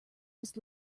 was